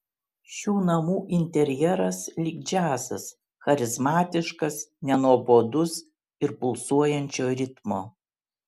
šių namų interjeras lyg džiazas charizmatiškas nenuobodus ir pulsuojančio ritmo